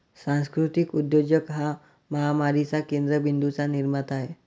सांस्कृतिक उद्योजक हा महामारीच्या केंद्र बिंदूंचा निर्माता आहे